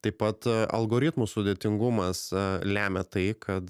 taip pat a algoritmų sudėtingumas lemia tai kad